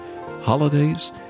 holidays